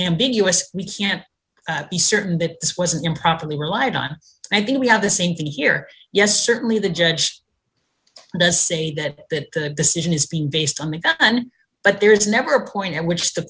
ambiguous we can't be certain that this wasn't improperly relied on i think we have the same thing here yes certainly the judge it does say that the decision has been based on the gun but there is never a point at which the